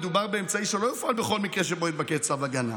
מדובר באמצעי שלא יופעל בכל מקרה שבו יתבקש צו הגנה.